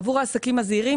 עבור העסקים הזעירים,